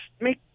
make